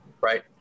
right